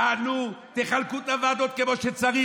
תענו, תחלקו את הוועדות כמו שצריך.